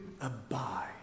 abide